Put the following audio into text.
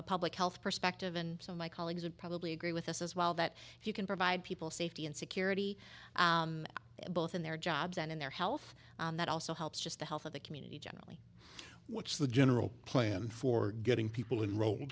a public health perspective and so my colleagues would probably agree with us as well that if you can provide people safety and security both in their jobs and in their health that also helps just the health of the community generally what's the general plan for getting people in roll